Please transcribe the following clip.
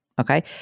Okay